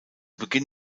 beginn